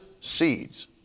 seeds